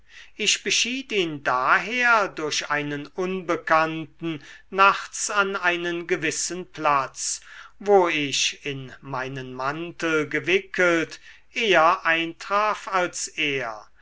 ich beschied ihn daher durch einen unbekannten nachts an einen gewissen platz wo ich in meinen mantel gewickelt eher eintraf als er